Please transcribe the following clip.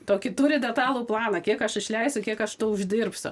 tokį turi detalų planą kiek aš išleisiu kiek aš to uždirbsiu